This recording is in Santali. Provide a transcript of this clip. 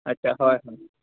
ᱟᱪᱪᱷᱟ ᱦᱳᱭ ᱦᱳᱭ